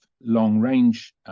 long-range